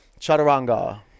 chaturanga